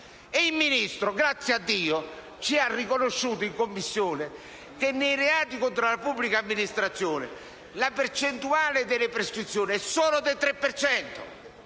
Il Ministro, grazie a Dio, ha riconosciuto in Commissione che, nei reati contro la pubblica amministrazione, la percentuale delle prescrizioni è solo il 3